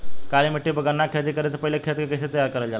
काली मिट्टी पर गन्ना के खेती करे से पहले खेत के कइसे तैयार करल जाला?